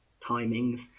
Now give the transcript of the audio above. timings